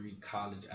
college